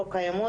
לא קיימות,